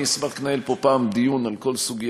אני אשמח לנהל פה פעם דיון על כל סוגיית